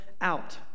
out